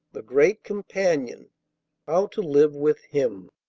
the great companion how to live with him.